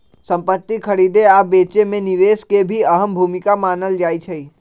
संपति खरीदे आ बेचे मे निवेश के भी अहम भूमिका मानल जाई छई